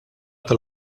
tal